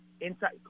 inside